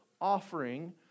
offering